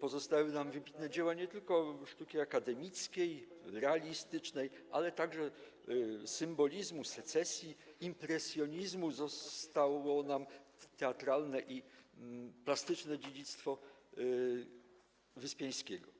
pozostały nam wybitne dzieła nie tylko sztuki akademickiej, realistycznej, ale także symbolizmu, secesji, impresjonizmu, zostało nam teatralne i plastyczne dziedzictwo Wyspiańskiego.